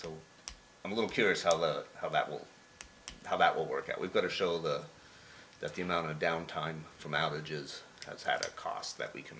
so i'm a little curious how the how that will how that will work out we've got to show the that the amount of downtime from outages that's happening costs that we can